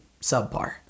subpar